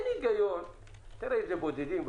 הכוונה לא למבודדים,